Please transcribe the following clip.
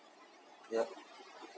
yup